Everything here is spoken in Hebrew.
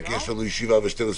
כי יש לנו ישיבה ב-12:30.